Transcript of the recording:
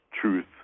truth